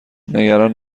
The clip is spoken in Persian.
نگران